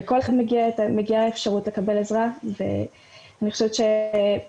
לכל אחד מגיעה האפשרות לקבל עזרה ואני חושבת שיש